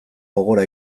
gogora